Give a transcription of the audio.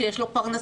שיש לו פרנסה,